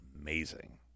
amazing